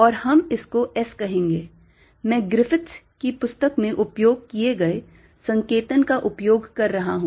और हम इसको S कहेंगे मैं ग्रिफिथ्स की पुस्तक में उपयोग किए गए संकेतन का उपयोग कर रहा हूं